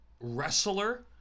wrestler